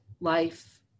life